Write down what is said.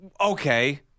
Okay